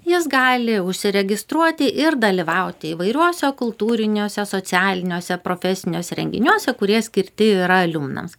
jis gali užsiregistruoti ir dalyvauti įvairiuose kultūriniuose socialiniuose profesiniuose renginiuose kurie skirti yra aliumnams